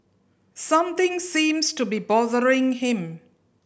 something seems to be bothering him